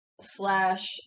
slash